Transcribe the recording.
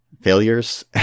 failures